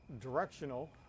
directional